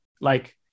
like-